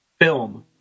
film